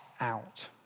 out